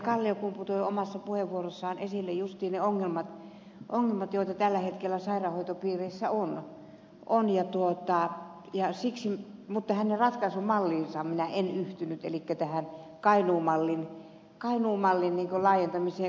kalliokumpu toi omassa puheenvuorossaan esille justiin ne ongelmat joita tällä hetkellä sairaanhoitopiireissä on mutta hänen ratkaisumalliinsa minä en yhtynyt elikkä tähän kainuun mallin laajentamiseen kaikkialle suomeen